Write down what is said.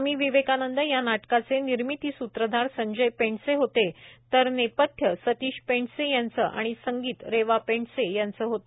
स्वामी विवेकानंद या नाटकाचे निर्मिती सूत्रधार संजय पें से होते तर नेपथ्य सतीश पें से यांचे आणि संगीत रेवा पें से यांचे होते